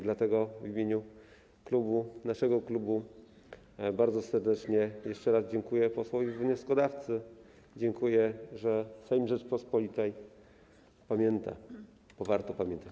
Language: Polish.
Dlatego w imieniu naszego klubu bardzo serdecznie jeszcze raz dziękuję posłowi wnioskodawcy i dziękuję, że Sejm Rzeczypospolitej pamięta, bo watro pamiętać.